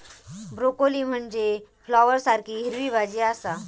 broccoli म्हनजे फ्लॉवरसारखी हिरवी भाजी आसा